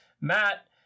Matt